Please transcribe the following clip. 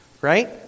Right